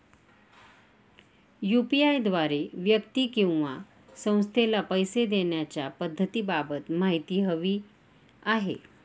UPI द्वारे व्यक्ती किंवा संस्थेला पैसे देण्याच्या पद्धतींबाबत माहिती हवी आहे